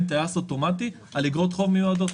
טייס אוטומטי על איגרות חוב מיועדות,